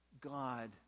God